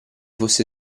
fosse